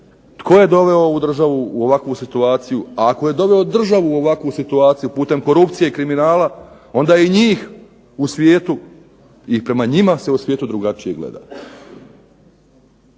tko je doveo ovu državu u ovakvu situaciju, a ako je doveo državu u ovakvu situaciju putem korupcije i kriminala onda je i njih u svijetu i prema njima se u svijetu drugačije gleda.